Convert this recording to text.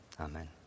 Amen